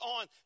on